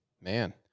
Man